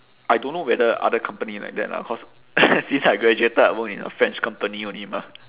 I don't know whether other company like that lah cause since I graduated I work in a french company only mah